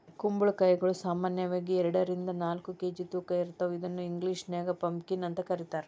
ಕುಂಬಳಕಾಯಿಗಳು ಸಾಮಾನ್ಯವಾಗಿ ಎರಡರಿಂದ ನಾಲ್ಕ್ ಕೆ.ಜಿ ತೂಕ ಇರ್ತಾವ ಇದನ್ನ ಇಂಗ್ಲೇಷನ್ಯಾಗ ಪಂಪಕೇನ್ ಅಂತ ಕರೇತಾರ